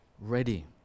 ready